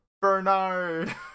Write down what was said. Bernard